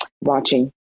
watching